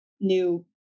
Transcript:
new